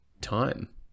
time